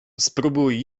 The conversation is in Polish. spróbuj